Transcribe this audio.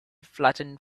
flattened